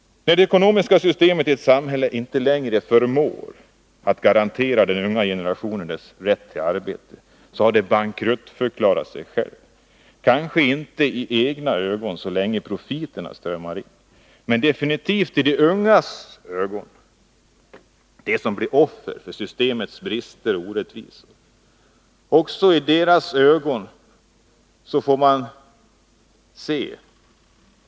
När det ekonomiska systemet i ett samhälle inte längre förmår att garantera den unga generationens rätt till arbete har det bankruttförklarat sig självt — kanske inte i egna ögon, så länge profiterna strömmar in, men definitivt i de ungas ögon: de som blir offer för systemets brister och orättvisor.